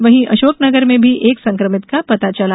वहीं अशोकनगर में भी एक संक्रमित का पता चला